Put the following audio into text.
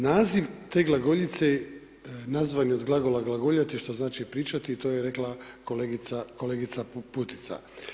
Naziv te glagoljice nazvane od glagola „glagoljati“ što znači pričati, to je rekla kolegica Putica.